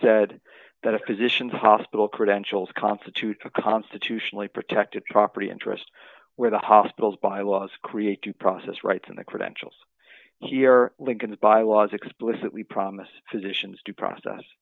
said that a physician's hospital credentials constitute a constitutionally protected property interest where the hospital's bylaws create due process rights and the credentials he or lincoln's bylaws explicitly promise physicians due process